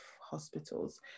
Hospitals